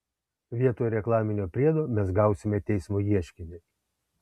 vietoj reklaminio priedo mes gausime teismo ieškinį